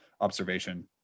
observation